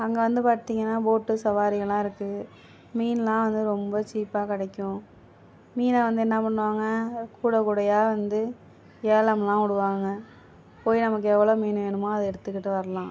அங்கே வந்து பார்த்திங்கன்னா போட்டு சவாரி எல்லாம் இருக்குது மீன்லாம் வந்து ரொம்ப சீப்பாக கிடைக்கும் மீனை வந்து என்ன பண்ணுவாங்க கூட கூடையாக வந்து ஏலம்லாம் விடுவாங்க போய் நமக்கு எவ்வளோ மீன் வேணுமோ அதை எடுத்துக்கிட்டு வரலாம்